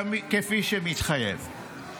כפי שמתחייב?